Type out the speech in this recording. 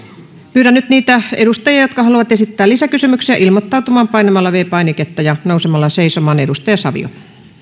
pyydän nyt niitä edustajia jotka haluavat esittää lisäkysymyksiä ilmoittautumaan painamalla viides painiketta ja nousemalla seisomaan edustaja savio